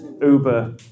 Uber